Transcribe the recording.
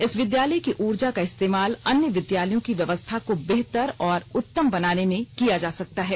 इस विद्यालय की उर्जा का इस्तेमाल अन्य विद्यालयों की व्यवस्था को बेहतर और उत्तम बनाने में किया जा सकता है